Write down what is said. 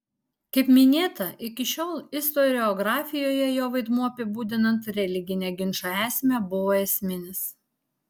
kaip minėta iki šiol istoriografijoje jo vaidmuo apibūdinant religinę ginčo esmę buvo esminis